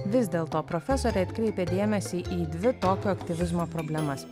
vis dėlto profesorė atkreipė dėmesį į dvi tokio aktyvizmo problemas